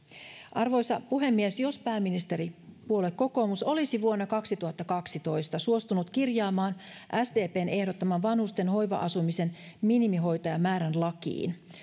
arvoisa puhemies jos pääministeripuolue kokoomus olisi vuonna kaksituhattakaksitoista suostunut kirjaamaan sdpn ehdottaman vanhusten hoiva asumisen minimihoitajamäärän lakiin